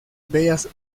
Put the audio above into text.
bellas